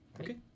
Okay